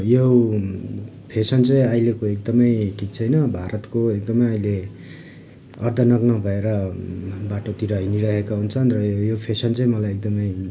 यो फेसन चाहिँ अहिलेको ऐकदमै ठिक छैन भारतको ऐकदमै अहिले अर्धनग्न भएर बाटोतिर हिँडिरहेको हुन्छन् यो फेसन चाहिँ मलाई एकदमै